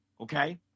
okay